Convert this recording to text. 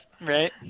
Right